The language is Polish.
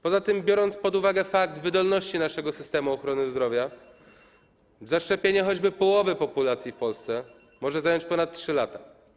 Poza tym, biorąc pod uwagę wydolność naszego systemu ochrony zdrowia, zaszczepienie choćby połowy populacji w Polsce może zająć ponad 3 lata.